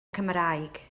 cymraeg